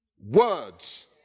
words